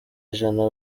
ijana